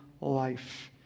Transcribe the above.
life